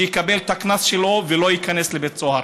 שיקבל את הקנס שלו ולא ייכנס לבית סוהר.